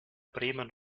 bremen